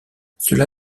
cela